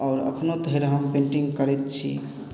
आओर अखनो तहर हम पेन्टिंग करैत छी